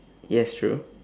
yes true